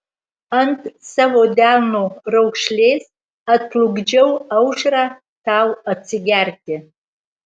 ant savo delno raukšlės atplukdžiau aušrą tau atsigerti